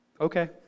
Okay